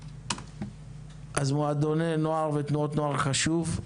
אז מועדוני נוער ותנועות נוער חשוב.